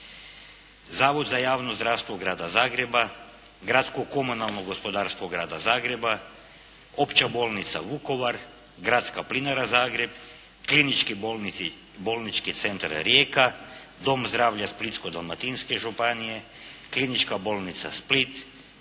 Zavod za javno zdravstvo grada Zagreba, Gradsko komunalno gospodarstvo grada Zagreba, Opća bolnica Vukovar, Gradska plinara Zagreb, Klinički bolnički centar Rijeka, Dom zdravlja Splitsko-dalmatinske županije, Klinička bolnica Split,